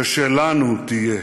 ושלנו תהיה.